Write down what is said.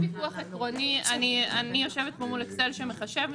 יש ויכוח עקרוני, אני יושבת פה מול אקסל שמחשב.